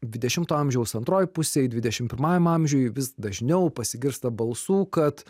dvidešimo amžiaus antroj pusėj dvidešim pirmajam amžiuj vis dažniau pasigirsta balsų kad